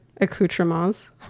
accoutrements